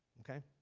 okay?